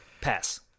Pass